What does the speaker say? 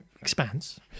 expands